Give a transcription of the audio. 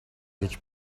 гэж